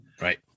Right